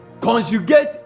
conjugate